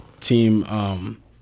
Team –